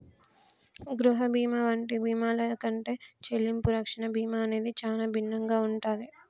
గృహ బీమా వంటి బీమాల కంటే చెల్లింపు రక్షణ బీమా అనేది చానా భిన్నంగా ఉంటాది